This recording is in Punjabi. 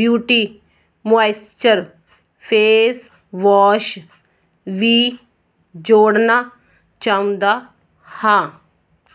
ਬਿਊਟੀ ਮੋਆਈਸਚਰ ਫੇਸ ਵਾਸ਼ ਵੀ ਜੋੜਨਾ ਚਾਹੁੰਦਾ ਹਾਂ